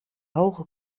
hoge